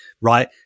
right